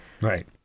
Right